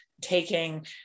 taking